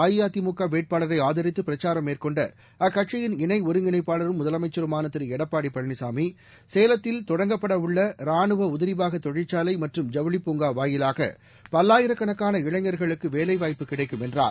அஇஅதிமுகவேட்பாளரைஆதரித்தபிரச்சாரம் சேலம் மாவட்டம் ஒமலூர் தொகுதியில் மேற்கொண்டஅக்கட்சியின் இணைஒருங்கிணைப்பாளரும் முதலமைச்சருமானதிருடப்பாடிபழனிசாமி சேலத்தில் தொடங்கப்படஉள்ளராணுவஉதிரிபாகத் தொழிற்சாலைமற்றும் ஐவுளிப் பூங்காவாயிலாகபல்லாயிரக்கணக்கான இளைஞர்களுக்குவேலைவாய்ப்பு கிடைக்கும் என்றார்